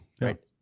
right